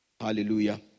hallelujah